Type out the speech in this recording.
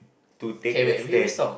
to take a stairs